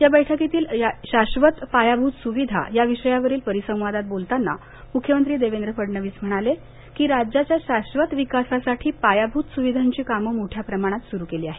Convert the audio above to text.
या बैठकीतील शाश्वत पायाभूत सुविधा या विषयावरील परिसंवादात बोलताना मुख्यमंत्री देवेंद्र फडणवीस म्हणाले की राज्याच्या शाश्वत विकासासाठी पायाभूत सुविधांची कामं मोठ्या प्रमाणात सुरू केली आहेत